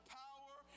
power